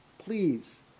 Please